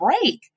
break